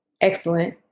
excellent